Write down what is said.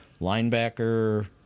linebacker